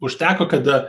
užteko kada